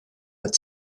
but